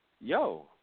yo